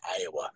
Iowa